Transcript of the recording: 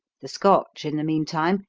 the scotch, in the mean time,